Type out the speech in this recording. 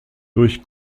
durch